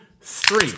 three